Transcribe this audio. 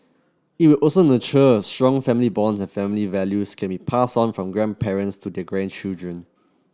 it will also nurture strong family bonds and family values can be passed on from grandparents to their grandchildren